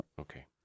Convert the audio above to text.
Okay